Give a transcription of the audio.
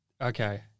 okay